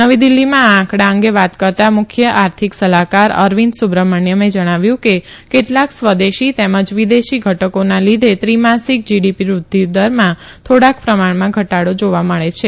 નવી દિલ્હીમાં આ આંકડા અંગે વાત કરતાં મુખ્ય આર્થિક સલાહકાર અરવિંદ સુબ્રમણ્યમે જણાવ્યું કે કેટલાક સ્વદેશી તેમજ વિદેશી ઘટકોના લીધે ત્રિમાસીક જીડી ી વૃષ્ધ્યદરમાં થોડાક પ્રમાણમાં ઘટાડો જાવા મળે છે